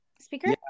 speaker